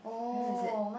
where is it